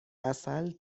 عسل